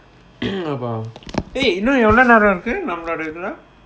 mm அப்ப ஏன் இன்னும் எவளோ நேரோ இருக்கு நம்மளோட இதுல:appe yaen innum evalo nero irukku nammaloda ithula